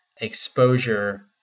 exposure